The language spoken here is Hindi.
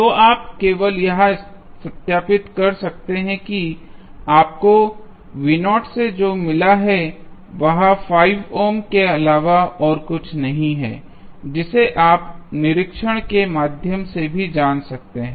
तो आप केवल यह सत्यापित कर सकते हैं कि आपको से जो मिला है वह 5 ओम के अलावा और कुछ नहीं है जिसे आप निरीक्षण के माध्यम से भी जान सकते हैं